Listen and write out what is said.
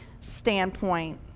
standpoint